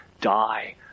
die